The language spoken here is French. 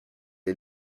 est